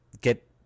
get